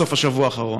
בסוף השבוע האחרון.